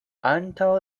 antaŭ